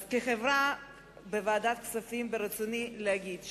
אז כחברה בוועדת הכספים ברצוני להגיד,